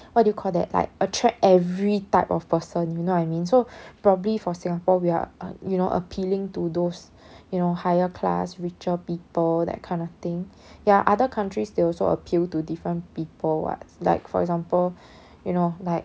what do you call that like attract every type of person you know what I mean so probably for singapore we are uh you know appealing to those you know higher class richer people that kind of thing ya other countries they also appeal to different people [what] like for example you know like